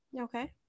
Okay